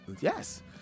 Yes